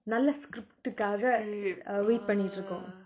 நல்ல:nalla script uh காக:kaaka ah wait பன்னிட்டு இருக்கோ:pannitu iruko